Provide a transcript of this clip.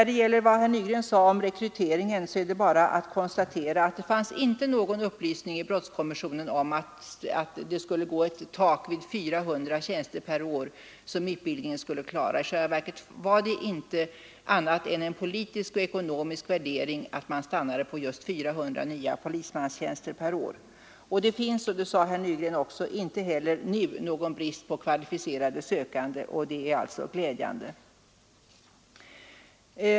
Beträffande vad herr Nygren sade om rekryteringen är det bara att konstatera att det inte gavs någon upplysning i brottskommissionen om att det skulle finnas ett tak inom utbildningen vid 400 tjänster per år. I själva verket berodde det inte på annat än en politisk och ekonomisk värdering att man stannade för just 400 nya polismanstjänster per år. Det råder — det framhöll även herr Nygren — inte heller nu någon brist på kvalificerade sökande, vilket är glädjande.